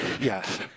Yes